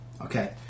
Okay